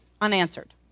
Unanswered